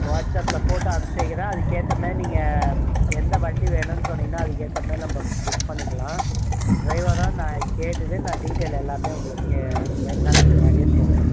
வாட்ஸ்அப்பில் ஃபோட்டோ அனுப்பிச்சு வைக்கிறேன் அதுக்கேற்ற மாரி நீங்கள் எந்த வண்டி வேணுன்னு சொன்னீங்கனா அதுக்கேற்ற மாரி நம்ம புக் பண்ணிக்கலாம் ட்ரைவராக நான் கேட்டுவிட்டு நான் டீட்டெயில் எல்லாமே உங்களுக்கு ரெண்டு நாளைக்கு முன்னாடியே சொல்கிறேன்